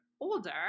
older